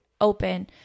open